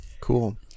Cool